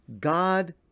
God